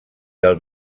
del